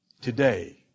Today